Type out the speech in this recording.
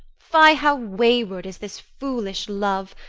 fie, how wayward is this foolish love,